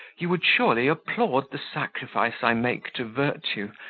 you would surely applaud the sacrifice i make to virtue,